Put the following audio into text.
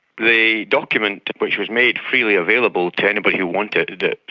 the document, which was made freely available to anybody who wanted it,